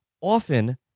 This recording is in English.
often